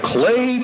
Clay